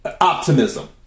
optimism